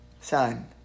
son